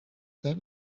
that